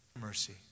Mercy